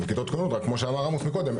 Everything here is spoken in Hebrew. כיתות כוננות, כמו שאמר עמוס מקודם,